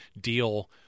deal